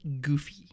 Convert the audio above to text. goofy